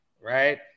right